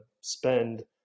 spend